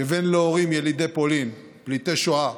כבן להורים ילידי פולין, פליטי שואה,